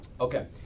Okay